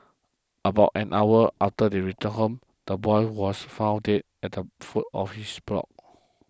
about an hour after they returned home the boy was found dead at the foot of his block